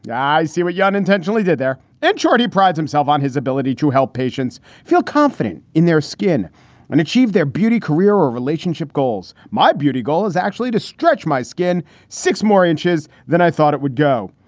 yeah i see what you unintentionally did there. in and short, he prides himself on his ability to help patients feel confident in their skin and achieve their beauty, career or relationship goals. my beauty goal is actually to stretch my skin six more inches than i thought it would go.